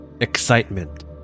excitement